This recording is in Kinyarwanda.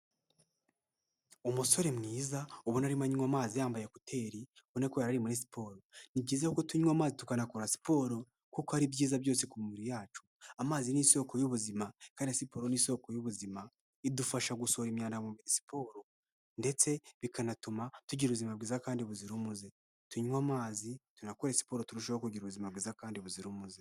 Umusore mwiza ubona arimo anywa amazi yambaye ekoteri ubona ko yarari muri siporo ni byiza kuko tunywa ama tukanakora siporo kuko ari byiza byose ku mibiriyacu, amazi ni isoko y'ubuzima kandi siporo ni isoko y'ubuzima idufasha gusohora imyanda muri siporo ndetse bikanatuma tugira ubuzima bwiza kandi buzira umuze tunywa amazi turanakora siporo turushaho kugira ubuzima bwiza kandi buzira umuze.